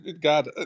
God